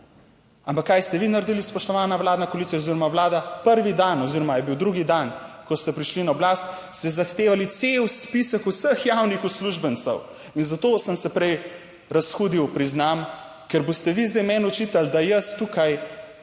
Ampak kaj ste vi naredili spoštovana vladna koalicija oziroma Vlada, prvi dan oziroma je bil drugi dan, ko ste prišli na oblast, ste zahtevali cel spisek vseh javnih uslužbencev in zato sem se prej razhudil, priznam, ker boste vi zdaj meni očitali, da jaz tukaj,